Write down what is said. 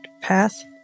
path